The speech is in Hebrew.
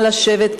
נא לשבת,